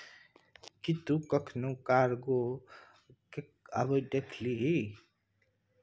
कि तु कखनहुँ कार्गो केँ अबैत देखलिही?